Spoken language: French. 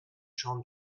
jean